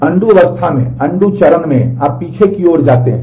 undo होता है